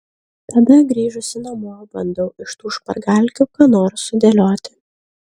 tada grįžusi namo bandau iš tų špargalkių ką nors sudėlioti